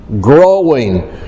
growing